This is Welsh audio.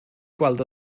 gweld